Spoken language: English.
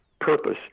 purpose